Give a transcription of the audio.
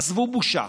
עזבו בושה.